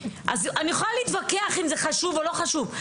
אני יכולה להתווכח אם זה חשוב או לא חשוב.